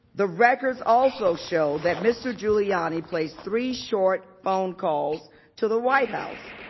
the records also show that mr. giuliani placed three short phone calls to the white house.